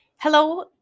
Hello